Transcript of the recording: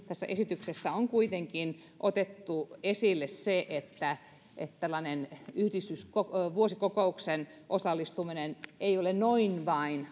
tässä esityksessä on kuitenkin otettu esille se että että tällainen yhdistysvuosikokoukseen osallistuminen ei ole noin vain